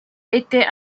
était